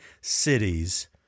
cities